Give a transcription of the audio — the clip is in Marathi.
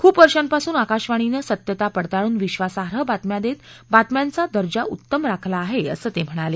खूप वर्षापासून आकाशवाणीनं सत्यता पडताळून विश्वासाई बातम्या देत बातम्यांचा उत्तम दर्जा राखला आहे असं ते म्हणाले